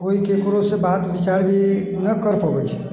केओ ककरोसँ बात विचार भी नहि कर पबैत छै